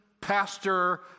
pastor